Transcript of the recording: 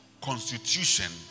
Constitution